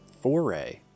foray